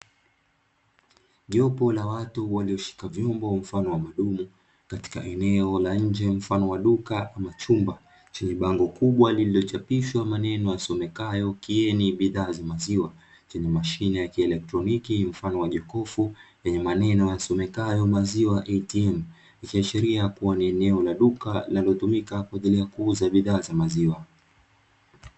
Jopo la watu walioshika vyombo mfano wa madumu katika eneo la nje mfano wa duka au chumba, chenye bango kubwa lilichochapishwa maneno yasomekayo "kidini bidhaa za maziwa". Chenye mashine ya kieletroniki mfano wa jokofu, lenye maneno yasomekayo "maziwa ATM". Ikiashiria kuwa ni eneo la duka linalotumika kwa ajili ya kuuza bidhaa za maziwa.